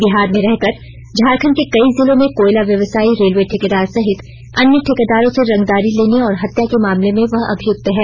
बिहार में रहकर झारखंड के कई जिलों में कोयला व्यवसायी रेलवे ठेकेदार सहित अन्य ठेकेदारों से रंगदारी लेने और हत्या के मामले में वह अभियुक्त है